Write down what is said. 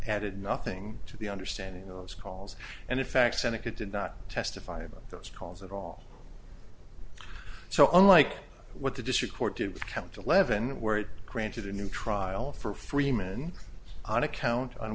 added nothing to the understand you know those calls and in fact seneca did not testify about those calls at all so unlike what the district court did with count eleven where it granted a new trial for freeman on account on